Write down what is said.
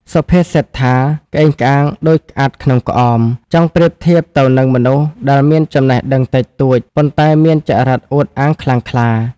សុភាសិតថា «ក្អេងក្អាងដូចក្អាត់ក្នុងក្អម»ចង់ប្រៀបធៀបទៅនឹងមនុស្សដែលមានចំណេះដឹងតិចតួច ប៉ុន្តែមានចរិតអួតអាងខ្លាំងក្លា។